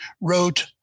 wrote